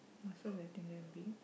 muscles getting damn big